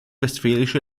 westfälische